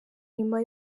inyuma